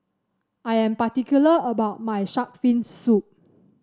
I am particular about my shark fin soup